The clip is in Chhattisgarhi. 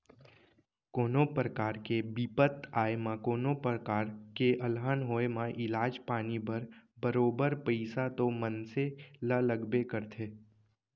कोनो परकार के बिपत आए म कोनों प्रकार के अलहन होय म इलाज पानी बर बरोबर पइसा तो मनसे ल लगबे करथे